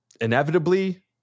inevitably